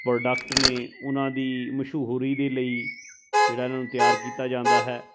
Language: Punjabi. ਪ੍ਰੋਡਕਟ ਨੇ ਉਹਨਾਂ ਦੀ ਮਸ਼ਹੂਰੀ ਦੇ ਲਈ ਜਿਹੜਾ ਇਹਨਾਂ ਨੂੰ ਤਿਆਰ ਕੀਤਾ ਜਾਂਦਾ ਹੈ